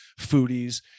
foodies